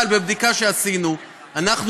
אבל בבדיקה שעשינו אנחנו,